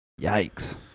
Yikes